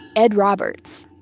ed roberts.